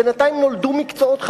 בינתיים נולדו מקצועות חדשים.